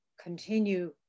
continue